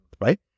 right